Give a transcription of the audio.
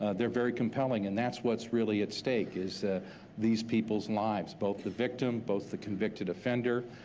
ah they're very compelling and that's what's really at stake, is these people's lives both the victim, both the convicted offender,